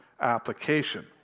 application